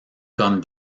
comme